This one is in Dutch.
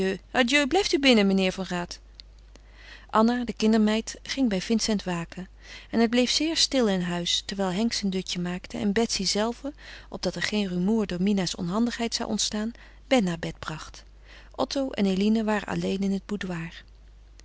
adieu blijft u binnen meneer van raat anna de kindermeid ging bij vincent waken en het bleef zeer stil in huis terwijl henk zijn dutje maakte en betsy zelve opdat er geen rumoer door mina's onhandigheid zou ontstaan ben naar bed bracht otto en eline waren alleen in het